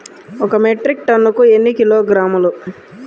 ఒక మెట్రిక్ టన్నుకు ఎన్ని కిలోగ్రాములు?